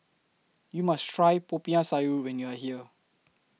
YOU must Try Popiah Sayur when YOU Are here